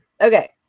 okay